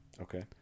Okay